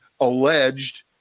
alleged